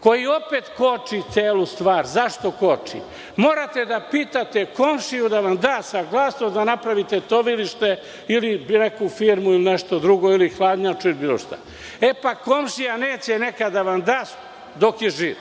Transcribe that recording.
koji opet koči celu stvar. Zašto koči? Morate da pitate komšiju da vam da saglasnost da napravite tovilište, ili neku firmu, ili nešto drugo, ili hladnjaču ili bilo šta. Pa komšija neće nekad da vam da dok je živ.